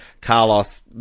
Carlos